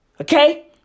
Okay